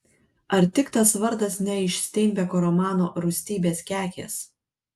ar tik tas vardas ne iš steinbeko romano rūstybės kekės